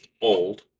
old